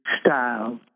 style